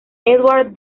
edward